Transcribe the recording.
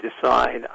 decide